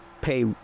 pay